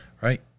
Right